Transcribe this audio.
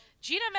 Gina